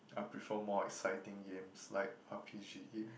I prefer more exciting games like r_p_g game